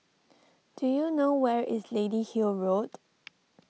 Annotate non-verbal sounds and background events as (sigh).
do you know where is Lady Hill Road (noise)